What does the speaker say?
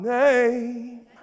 name